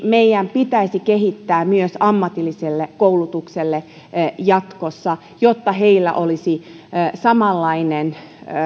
meidän pitäisi kehittää myös ammatilliselle koulutukselle jatkossa jotta heillä olisi samanlainen